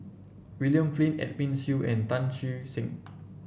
William Flint Edwin Siew and Tan Che Sang